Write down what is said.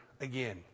again